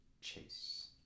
chase